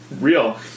real